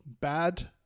bad